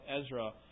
Ezra